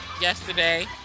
Yesterday